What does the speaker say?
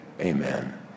Amen